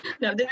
No